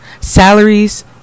Salaries